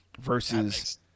versus